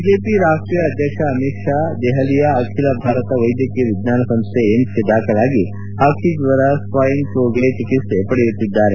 BJP ರಾಷ್ಟೀಯ ಅಧ್ಯಕ್ಷ ಅಮಿತ್ ಶಾ ದೆಹಲಿಯ ಅಖಿಲ ಭಾರತ ವೈದ್ಯಕೀಯ ವಿಜ್ಞಾನ ಸಂಸ್ಥೆ ಏಮ್ಸ್ಗೆ ದಾಖಲಾಗಿ ಹಕ್ಕಿ ಜ್ವರ ಸ್ವೈನ್ ಫ್ಲೂಗೆ ಚಿಕಿತ್ಸೆ ಪಡೆಯುತ್ತಿದ್ದಾರೆ